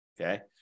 okay